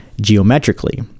geometrically